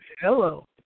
Hello